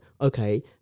okay